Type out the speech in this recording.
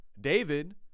David